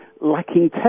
lacking